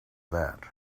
that